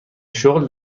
شغل